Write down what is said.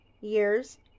years